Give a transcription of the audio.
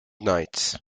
knights